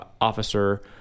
officer